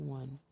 one